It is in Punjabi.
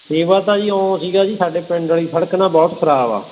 ਸੇਵਾ ਤਾਂ ਜੀ ਓਂ ਸੀਗਾ ਜੀ ਸਾਡੇ ਪਿੰਡ ਵਾਲੀ ਸੜਕ ਨਾਲ ਬਹੁਤ ਖ਼ਰਾਬ ਆ